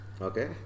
Okay